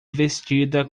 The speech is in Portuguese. vestida